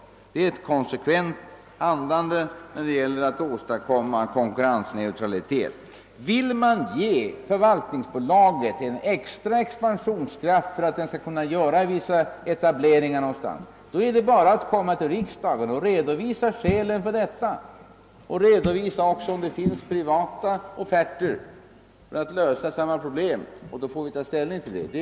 Det är ett konsekvent handlande för att åstadkomma konkurrensneutralitet. Vill man ge förvaltningsbolaget en extra expansionskraft, t.ex. för att det skall kunna göra nyetableringar någonstans, är det bara att för riksdagen redovisa skälen och även redovisa, om det finns privata offerter som syftar till att lösa samma problem, så får vi ta ställning till förslaget.